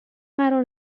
قرار